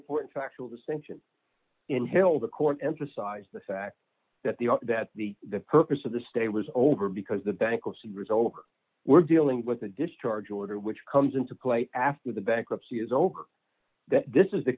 important factual dissension in hill the court emphasize the fact that the that the the purpose of the stay was over because the bankruptcy results were dealing with a discharge order which comes into play after the bankruptcy is over that this is the